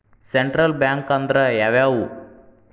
Central bank ಅಂದ್ರ ಯಾವ್ಯಾವು?